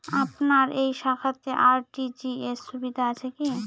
আপনার এই শাখাতে আর.টি.জি.এস সুবিধা আছে কি?